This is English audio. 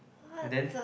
and then